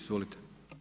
Izvolite.